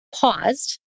paused